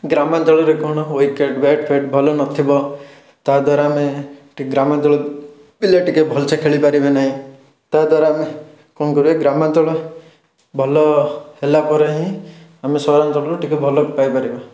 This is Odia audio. ଗ୍ରାମାଞ୍ଚଳରେ କ'ଣ ହୁଏ କେ ବ୍ୟାଟ୍ଫ୍ୟାଟ୍ ଭଲନଥିବ ତା'ଦ୍ୱାରା ଆମେ ଠିକ୍ ଗ୍ରାମାଞ୍ଚଳରେ ପିଲା ଟିକିଏ ଭଲସେ ଖେଳିପାରିବେ ନାହିଁ ତା'ଦ୍ୱାରା ଆମେ କ'ଣ କରିବା ଗ୍ରାମାଞ୍ଚଳ ଭଲ ହେଲାପରେ ହିଁ ଆମେ ସହରାଞ୍ଚଳରୁ ଟିକିଏ ଭଲ ପାଇପାରିବା